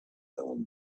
own